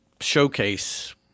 showcase